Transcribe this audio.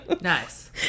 nice